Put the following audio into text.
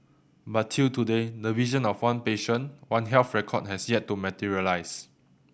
but till today the vision of one patient One Health record has yet to materialise